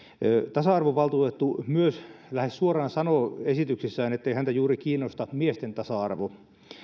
tasa arvovaltuutettu myös lähes suoraan sanoo esityksessään ettei häntä juuri kiinnosta miesten tasa arvo